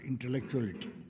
intellectuality